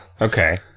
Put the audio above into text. Okay